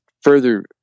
further